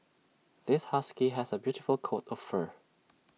this husky has A beautiful coat of fur